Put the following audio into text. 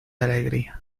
alegría